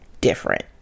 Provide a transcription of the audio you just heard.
different